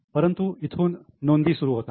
परंतु इथून नोंदी सुरू होतात